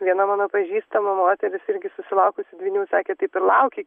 viena mano pažįstama moteris irgi susilaukusi dvynių sakė taip ir laukė